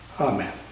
Amen